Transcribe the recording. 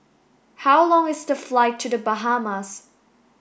how long is the flight to the Bahamas